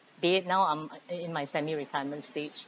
babe now I'm in my semi-retirement stage